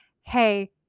Hey